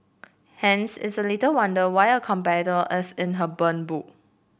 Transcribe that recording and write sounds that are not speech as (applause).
hence it's little wonder why a (unintelligible) is in her burn book